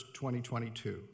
2022